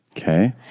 okay